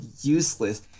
useless